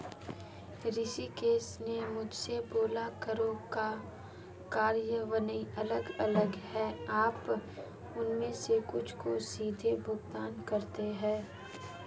ऋषिकेश ने मुझसे बोला करों का कार्यान्वयन अलग अलग है आप उनमें से कुछ को सीधे भुगतान करते हैं